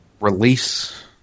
release